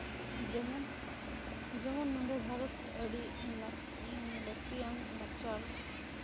ᱡᱮᱢᱚᱱ ᱡᱮᱢᱚᱱ ᱱᱚᱰᱮ ᱵᱷᱟᱨᱚᱛ ᱟᱹᱰᱤ ᱞᱟᱹᱠᱛᱤᱭᱟᱱ ᱞᱟᱠᱪᱟᱨ